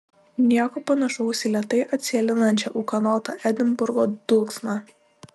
nieko panašaus į lėtai atsėlinančią ūkanotą edinburgo dulksną